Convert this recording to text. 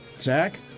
Zach